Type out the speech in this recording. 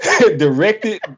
directed